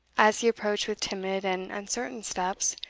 as he approached with timid and uncertain steps,